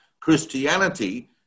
Christianity